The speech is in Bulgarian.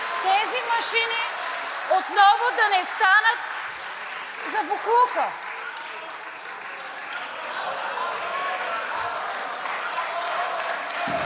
тези машини отново да не станат за боклука.